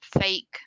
fake